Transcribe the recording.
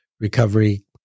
recovery